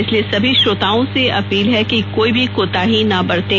इसलिए सभी श्रोताओं से अपील है कि कोई भी कोताही ना बरतें